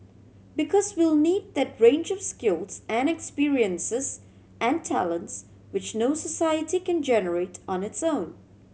because we'll need that range of skills and experiences and talents which no society can generate on its own